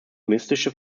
mystische